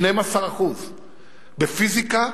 12%; בפיזיקה,